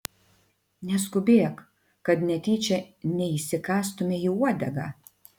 neskubėk kad netyčia neįsikąstumei į uodegą